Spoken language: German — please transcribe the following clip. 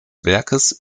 werkes